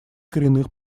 коренных